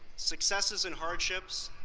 successes and hardships,